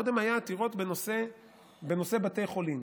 קודם היו עתירות בנושא בתי חולים.